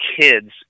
kids